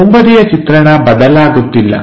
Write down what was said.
ಮುಂಬದಿಯ ಚಿತ್ರಣ ಬದಲಾಗುತ್ತಿಲ್ಲ